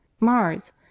Mars